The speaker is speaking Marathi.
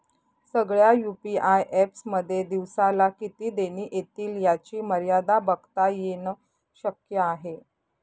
सगळ्या यू.पी.आय एप्स मध्ये दिवसाला किती देणी एतील याची मर्यादा बघता येन शक्य आहे